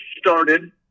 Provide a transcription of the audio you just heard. started